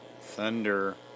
Thunder